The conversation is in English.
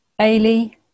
Ailey